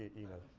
you know.